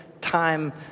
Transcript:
time